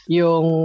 yung